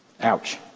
Ouch